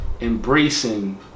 embracing